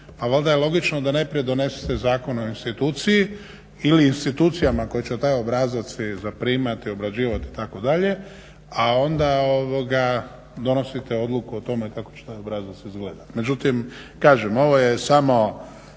Pa valjda je logično da najprije donesete zakon o instituciji ili institucijama koje će taj obrazac i zaprimati, obrađivati itd., a onda donosite odluku o tome kako će taj obrazac izgledati.